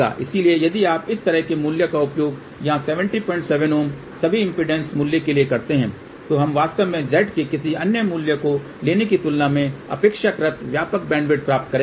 इसलिए यदि आप इस तरह के मूल्य का उपयोग यहां 707 Ω सभी इम्पीडेन्स मूल्य के लिए करते हैं तो हम वास्तव में Z के किसी अन्य मूल्य को लेने की तुलना में अपेक्षाकृत व्यापक बैंडविड्थ प्राप्त करेंगे